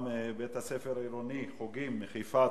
גם בית-הספר העירוני "חוגים" מחיפה,